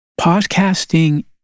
Podcasting